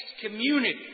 community